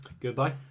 goodbye